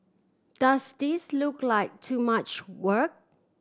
does this look like too much work